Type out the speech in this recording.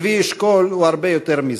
לוי אשכול הוא הרבה יותר מזה: